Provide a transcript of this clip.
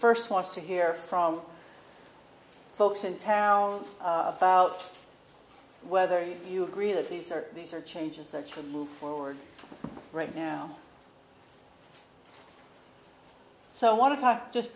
first wants to hear from folks in town about whether you agree that these are these are changes such a move forward right now so i want to talk just